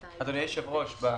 אדוני היושב ראש,